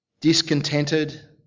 discontented